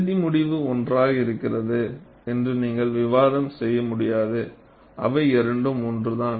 இறுதி முடிவு ஒன்றாக இருக்கிறது என்று நீங்கள் விவாதம் செய்ய முடியாது அவை இரண்டும் ஒன்றுதான்